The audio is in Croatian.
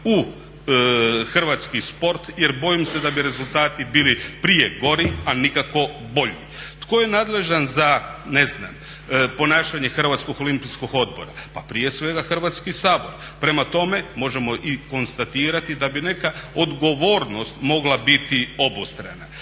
u hrvatski sport jer bojim se da bi rezultati bili prije gori, a nikako bolji. Tko je nadležan za ponašanje Hrvatskog olimpijskog odbora? Pa prije svega Hrvatski sabor. Prema tome, možemo i konstatirati da bi neka odgovornost mogla biti obostrana.